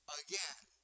again